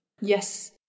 Yes